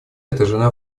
отражена